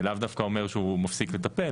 זה לאו דווקא אומר שהוא מפסיק לטפל,